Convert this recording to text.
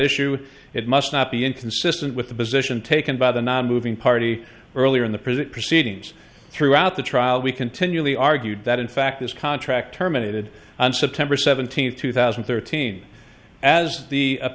issue it must not be inconsistent with the position taken by the nonmoving party earlier in the present proceedings throughout the trial we continually argued that in fact this contract terminated on september seventeenth two thousand and thirteen as the appe